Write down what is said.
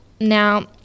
Now